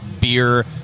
beer